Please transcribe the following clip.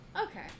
Okay